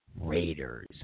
Raiders